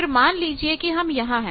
फिर मान लीजिए कि हम यहां हैं